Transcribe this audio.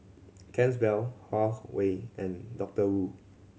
Huawei and Doctor Wu